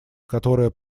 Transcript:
которая